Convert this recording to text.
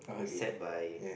set by